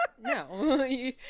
no